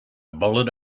bullet